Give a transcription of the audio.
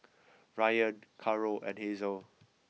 Ryann Caro and Hazel